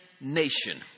nation